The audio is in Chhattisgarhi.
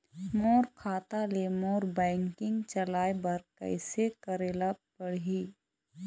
मोर खाता ले मोर बैंकिंग चलाए बर कइसे करेला पढ़ही?